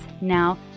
Now